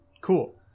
Cool